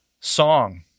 Song